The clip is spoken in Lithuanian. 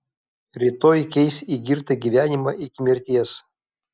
rytoj keis į girtą gyvenimą iki mirties